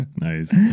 Nice